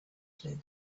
clue